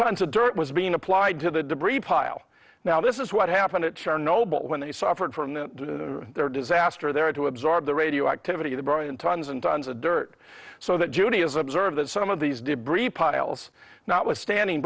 tons of dirt was being applied to the debris pile now this is what happened it sure noble when they suffered from the disaster there are to absorb the radioactivity the bright and tons and tons of dirt so that judy is observed that some of these debris piles not withstanding